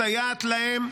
מסייעת להם,